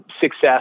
success